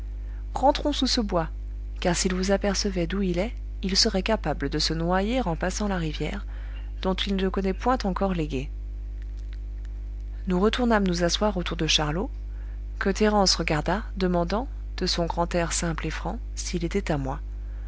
rentrons sous ce bois car s'il vous apercevait d'où il est il serait capable de se noyer en passant la rivière dont il ne connaît point encore les gués nous retournâmes nous asseoir autour de charlot que thérence regarda demandant de son grand air simple et franc s'il était à moi